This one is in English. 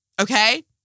Okay